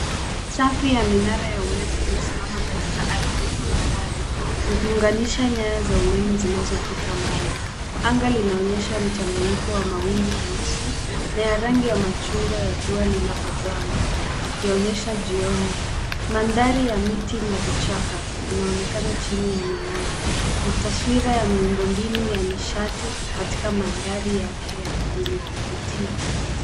Safu ya minara ya umeme imesimama katika ardhi tambarare, ikiunganisha nyaya za umeme zinazopita mbali. Anga linaonyesha mchanganyiko wa mawingu meusi na ya rangi ya machungwa ya jua linapozama ikionyesha jioni. Mandhari ya miti na vichaka inaonekana chini ya minara. Ni taswira ya miundombinu ya nishati katika mandhari yake yenye kuvutia.